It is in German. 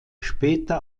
später